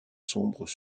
sombres